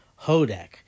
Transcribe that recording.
Hodak